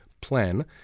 plan